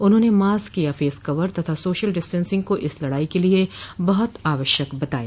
उन्होंने मास्क या face cover तथा सोशल डिस्टेंसिंग को इस लड़ाई के लिये बहुत आवश्यक बताया